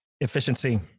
Efficiency